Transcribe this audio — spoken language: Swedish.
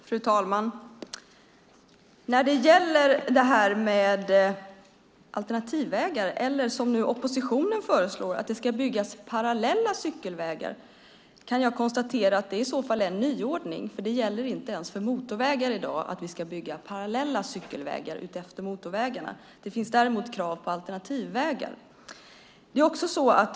Fru talman! När det gäller alternativvägar eller, som oppositionen nu föreslår, att det ska byggas parallella cykelvägar kan jag konstatera att det i så fall är en nyordning. I dag gäller inte ens för motorvägar att vi där ska bygga parallella cykelvägar. Däremot finns det krav på alternativvägar.